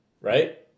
right